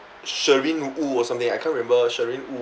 sherin wu or something I can't remember sherin wu